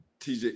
TJ